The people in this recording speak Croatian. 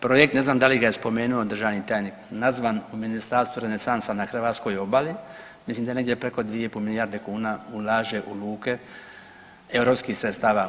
Projekt, ne znam da li ga je spomenuo državni tajnik nazvan po ministarstvu Renesansa na hrvatskoj obali, mislim da negdje preko 2,5 milijarde kuna ulaže u luke europskih sredstava.